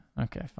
Okay